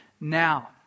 now